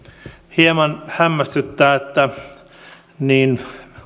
hieman hämmästyttää että niin